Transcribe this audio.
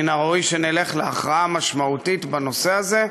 מן הראוי שנלך להכרעה משמעותית בנושא הזה,